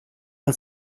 man